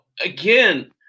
again